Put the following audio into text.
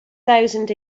thousand